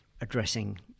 addressing